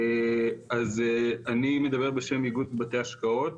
אז אני מדבר בשם איגוד בתי השקעות,